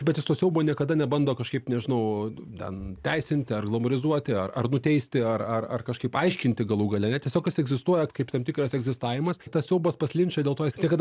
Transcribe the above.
bet jis to siaubo niekada nebando kažkaip nežinau ten teisinti ar glamorizuoti ar ar nuteisti ar ar ar kažkaip aiškinti galų gale ne tiesiog jis egzistuoja kaip tam tikras egzistavimas tas siaubas pas linčą dėlto jis niekada